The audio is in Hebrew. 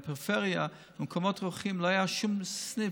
פריפריה, במקומות רחוקים, לא היה שום סניף